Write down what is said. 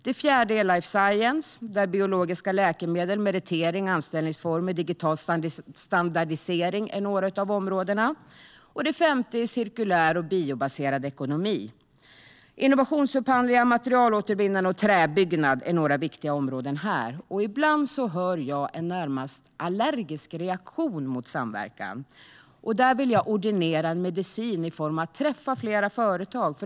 Life science. Här är biologiska läkemedel, meritering, anställningsformer och digital standardisering några av områdena. Cirkulär och biobaserad ekonomi. Här är innovationsupphandlingar, materialåtervinning och träbyggnad några viktiga områden. Ibland ser jag en närmast allergisk reaktion mot samverkan, och jag vill ordinera medicinen att träffa fler företag.